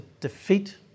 defeat